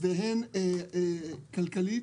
והן כלכלית.